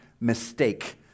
mistake